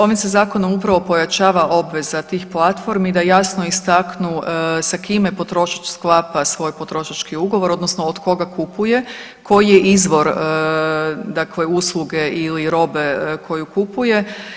Ovim se zakonom upravo pojačava obveza tih platformi da jasno istaknu sa kime potrošač sklapa svoj potrošački ugovor, odnosno od koga kupuje, koji je izvor dakle usluge ili robe koju kupuje.